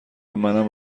منم